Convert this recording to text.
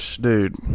dude